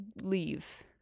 leave